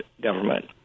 government